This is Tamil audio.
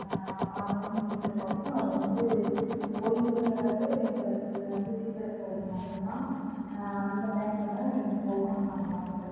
ஆறு மாதம் முடிஞ்சதுக்கப்புறம் அது வந்து ஓய்வுங்கிறது எங்களுக்கு வந்து வீட்டில் இருக்கிறது மட்டும்தான் அந்த டைமில் தான் இங்கே போகணும்னு நாங்கள் ஆசைப்பட்டோம்